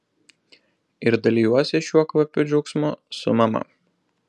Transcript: ir dalijuosi šiuo kvapiu džiaugsmu su mama